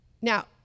Now